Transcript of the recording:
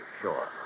Sure